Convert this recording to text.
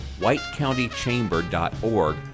whitecountychamber.org